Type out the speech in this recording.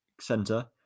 center